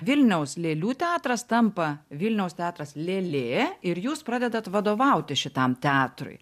vilniaus lėlių teatras tampa vilniaus teatras lėlė ir jūs pradedat vadovauti šitam teatrui